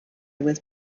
was